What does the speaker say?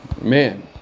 Man